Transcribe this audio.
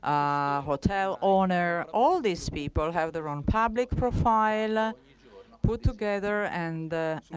a hotel owner all of these people have their own public profile, ah put together and